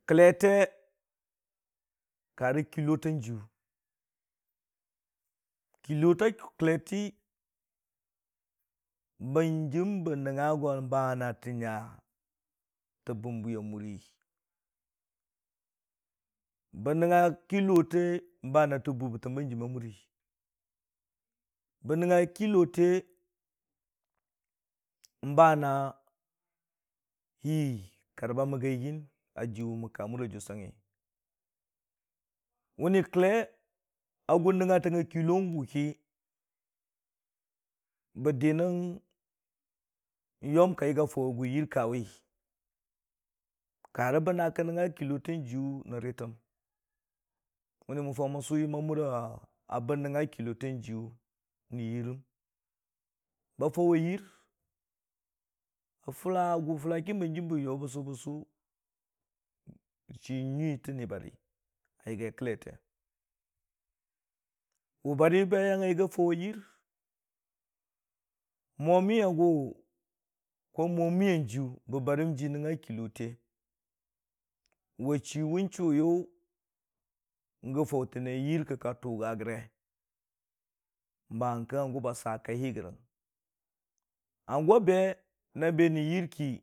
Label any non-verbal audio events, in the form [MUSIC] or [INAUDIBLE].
Kəllete ka rə kɨllo ta kəlletii banjimbə nəng nga gʊ bana tə nya tə bumbwi a muri, bə nəngnga kɨllote bana tə buuwa muri, bə nəngnga kəllote bana hiikar ba məgga gən ajiwe mən ka mura jʊasangngi mənni kəlle a gʊn nəngnga targa kɨllo gʊ ki bə di nən yom ki ka diya gʊ yir kawe, karə bə na ki nəngnga kɨllota jiyʊ rə rii təm. Mənni mən faʊ mən sʊ yəm abə nəngnga kɨllo tang jiyʊwo rə yirəm, ba fawwe yiir. A gʊ fʊla kə hanjim bə yo bɨsʊ-bɨsʊ bə chii nyui tən ni bari a yagi kəllete wʊ bari ba yangnga yɨgiira faʊwe yiir, mʊmi a gʊ [HESITATION] mʊmi a jiyʊ bə barəm ji nəngnga kəllote wʊ chii wʊn chəwiyʊ ba faʊtəne yiir ki ka tʊga gəri ba ngə kə hangʊ ba swa kai hi gərəng hangʊ be na be rə yiir ki, kə kə dəgga yiir hən.